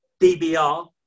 DBR